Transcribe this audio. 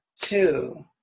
two